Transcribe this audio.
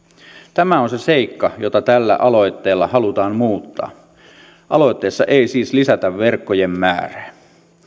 tämä on se seikka jota tällä aloitteella halutaan muuttaa aloitteessa ei siis lisätä verkkojen määrää